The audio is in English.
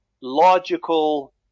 logical